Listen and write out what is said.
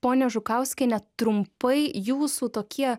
ponia žukauskiene trumpai jūsų tokie